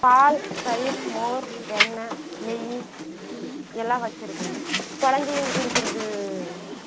பால் தயிர் மோர் வெண்ணை நெய் எல்லாம் வெச்சிருக்கேங்க கொழந்தைங்க குடிக்கிறது